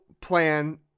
plan